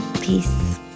Peace